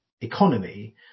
economy